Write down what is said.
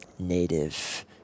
Native